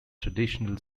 traditional